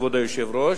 כבוד היושב-ראש,